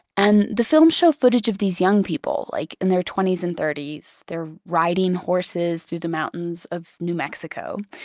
and the films show footage of these young people like in their twenties and thirties. they're riding horses through the mountains of new mexico.